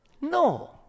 No